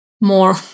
more